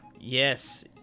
Yes